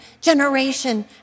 generation